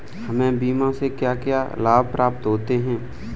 हमें बीमा से क्या क्या लाभ प्राप्त होते हैं?